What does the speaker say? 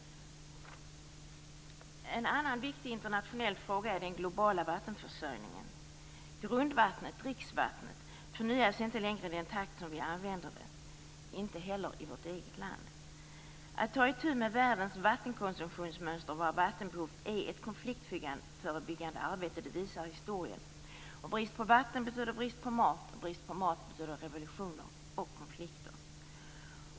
En annan viktig internationell fråga är frågan om den globala vattenförsörjningen. Grundvattnet - dricksvattnet - förnyas inte längre i den takt som vi använder det - inte heller i vårt eget land. Att ta itu med världens vattenkonsumtionsmönster och vårt vattenbehov är ett konfliktförebyggande arbete. Det visar historien. Brist på vatten betyder brist på mat, och brist på mat betyder revolutioner och konflikter.